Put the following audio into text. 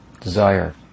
desire